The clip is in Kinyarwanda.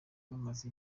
bamaze